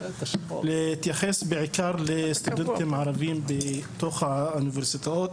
רציתי להתייחס בעיקר לסטודנטים הערבים בתוך האוניברסיטאות.